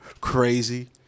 crazy